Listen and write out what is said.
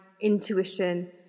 intuition